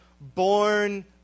born